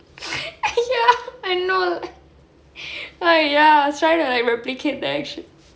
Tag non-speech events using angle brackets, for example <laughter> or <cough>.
<laughs> !haiya! I know !haiya! I was trying to like replicate the action